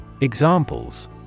Examples